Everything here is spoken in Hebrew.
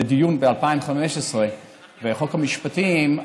איזה דיון ב-2015 בחוק המשפטים,